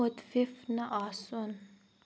مُتفِف نہٕ آسُن